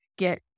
get